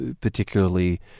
particularly